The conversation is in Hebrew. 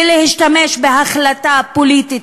ולהשתמש בהחלטה פוליטית,